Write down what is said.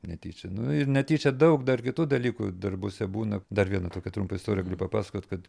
netyčia nu ir netyčia daug dar kitų dalykų darbuose būna dar vieną tokią trumpą istoriją galiu papasakot kad